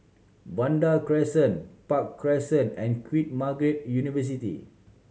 Vanda Crescent Park Crescent and Queen Margaret University